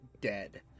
dead